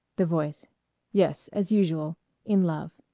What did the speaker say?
the voice yes, as usual in love.